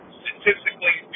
statistically